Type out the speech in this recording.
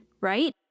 right